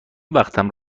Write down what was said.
وقتم